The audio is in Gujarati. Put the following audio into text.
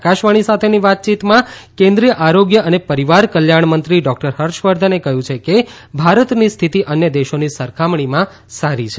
આકાશવાણી સાથેની વાતયીતમાં કેન્દ્રીય આરોગ્ય અને પરિવાર કલ્યાણમંત્રી ડૉક્ટર હર્ષવર્ધને કહ્યું છે કે ભારતની સ્થિતિ અન્ય દેશોની સરખામણીમાં સારી છે